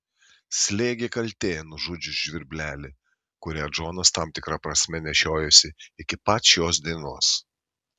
slėgė kaltė nužudžius žvirblelį kurią džonas tam tikra prasme nešiojosi iki pat šios dienos